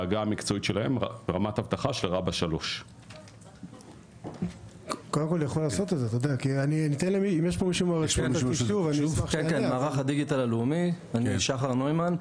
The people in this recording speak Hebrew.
בעגה המקצועית שלהם רמת אבטחה של רב"א 3. אני שחר נוימן,